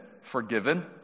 forgiven